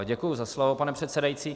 Děkuji za slovo, pane předsedající.